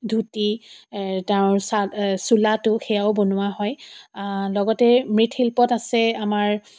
ধুতি তেওঁৰ চাদ চোলাটো সেয়াও বনোৱা হয় লগতে মৃৎ শিল্পত আছে আমাৰ